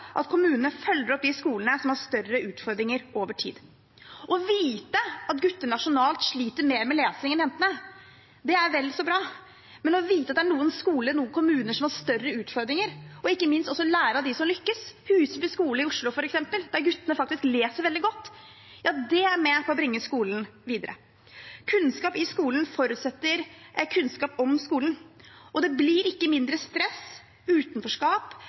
at kommunene følger opp de skolene som har større utfordringer over tid. Å vite at gutter nasjonalt sliter mer med lesing enn jentene, er vel og bra, men å vite at det er noen skoler i noen kommuner som har større utfordringer, og ikke minst også lære av dem som lykkes – Huseby skole i Oslo, f.eks., der guttene faktisk leser veldig godt – ja, det er med på å bringe skolen videre. Kunnskap i skolen forutsetter kunnskap om skolen, og det blir ikke mindre stress, utenforskap